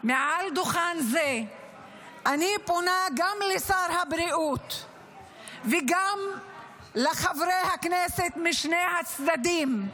מעל דוכן זה אני פונה גם לשר הבריאות וגם לחברי הכנסת משני הצדדים.